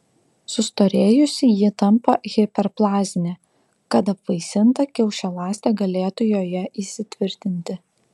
sustorėjusi ji tampa hiperplazinė kad apvaisinta kiaušialąstė galėtų joje įsitvirtinti